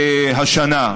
שהתגייסו השנה.